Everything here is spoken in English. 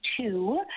two